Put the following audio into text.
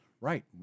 right